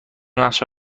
نقشه